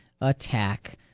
attack